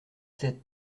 sept